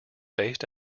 based